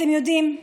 אתם יודעים,